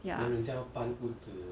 ya